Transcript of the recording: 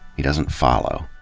he doesn't follow.